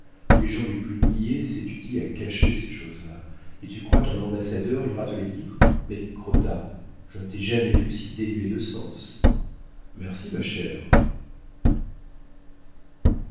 les gens les plus niais s'étudient à cacher ces choses-là et tu crois qu'un ambassadeur ira te les dire mais crottat je ne t'ai jamais vu si dénué de sens merci ma chère